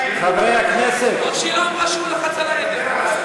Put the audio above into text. טוב שהיא לא אמרה שהוא לחץ על ההדק.